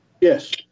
Yes